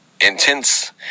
intense